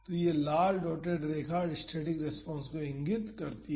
तो यह लाल डॉटेड रेखा स्टैटिक रेस्पॉन्स को इंगित करती है